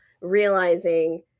realizing